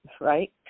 right